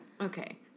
Okay